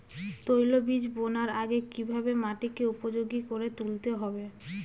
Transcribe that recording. তৈলবীজ বোনার আগে কিভাবে মাটিকে উপযোগী করে তুলতে হবে?